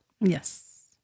Yes